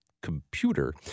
computer